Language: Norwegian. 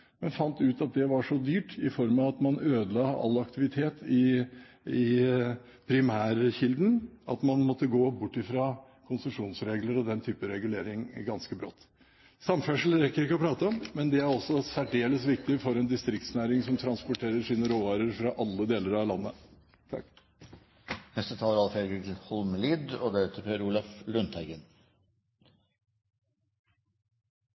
men fant ut at det var så dyrt i form av at man ødela all aktivitet i primærkilden, at man måtte gå bort fra konsesjonsregler og den typen regulering ganske kvikt. Samferdsel rekker jeg ikke å prate om, men det er også særdeles viktig for en distriktsnæring som transporterer sine råvarer fra alle deler av landet. Interpellasjonen som vi behandlar her i